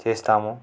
చేస్తాము